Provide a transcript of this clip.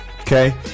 Okay